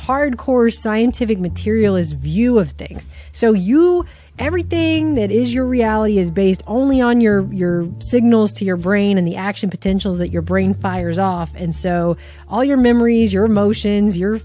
hard core scientific materialist view of things so you everything that is your reality is based only on your signals to your brain in the action potentials that your brain fires off and so all your memories your emotions your